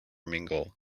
mingle